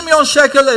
בשביל 50 מיליון שקל.